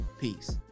Peace